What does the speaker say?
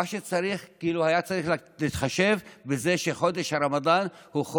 היה צריך להתחשב בזה שחודש הרמדאן הוא גם